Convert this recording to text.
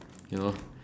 you know